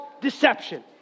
deception